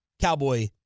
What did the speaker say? Cowboy